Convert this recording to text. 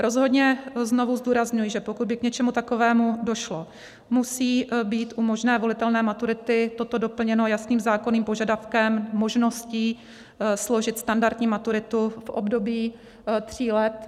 Rozhodně znovu zdůrazňuji, že pokud by k něčemu takovému došlo, musí být u možné volitelné maturity toto doplněno jasným zákonným požadavkem s možností složit standardní maturitu v období tří let.